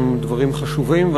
אלו דברים חשובים,